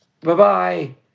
Bye-bye